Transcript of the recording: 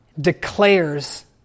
declares